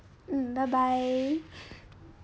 mm bye bye